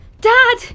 Dad